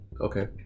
Okay